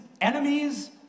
enemies